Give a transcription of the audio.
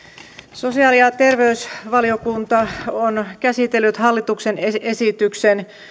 sosiaali ja terveysvaliokunta on käsitellyt hallituksen esityksen